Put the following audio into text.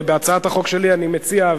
בהצעת החוק שלי אני מציע,